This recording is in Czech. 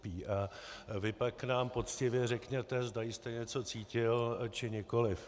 A vy pak nám poctivě řekněte, zda jste něco cítil, či nikoliv.